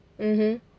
mmhmm